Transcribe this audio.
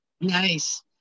nice